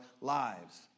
lives